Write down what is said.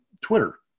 Twitter